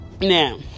Now